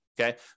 okay